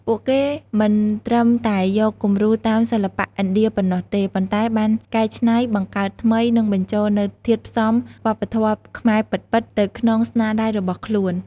ពួកគេមិនត្រឹមតែយកគំរូតាមសិល្បៈឥណ្ឌាប៉ុណ្ណោះទេ ប៉ុន្តែបានកែច្នៃ បង្កើតថ្មី និងបញ្ចូលនូវធាតុផ្សំវប្បធម៌ខ្មែរពិតៗទៅក្នុងស្នាដៃរបស់ខ្លួន។